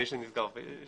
זה